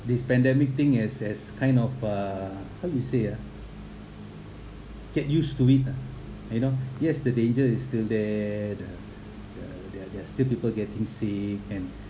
this pandemic thing has has kind of uh how to say ah get used to it ah you know yes the danger is still there the the the there're still people getting sick and